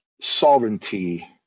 sovereignty